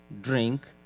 drink